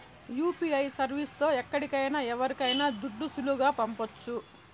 UPI service తో ఎక్కడికైనా ఎవరికైనా దుడ్లు సులువుగా పంపొచ్చు